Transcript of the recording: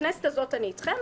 בכנסת הזאת אני איתכם,